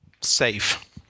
safe –